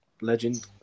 Legend